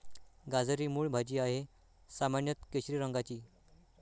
गाजर ही मूळ भाजी आहे, सामान्यत केशरी रंगाची